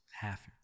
Half